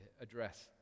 address